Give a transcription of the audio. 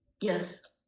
Yes